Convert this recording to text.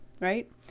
right